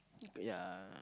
ya